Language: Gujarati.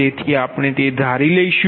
તેથી આપણે તે ધારીશું